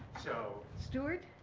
so. stuart,